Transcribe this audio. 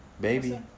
Baby